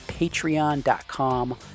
patreon.com